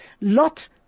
Lot